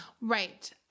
Right